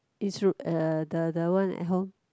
east road uh the the one at home